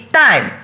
time